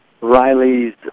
Riley's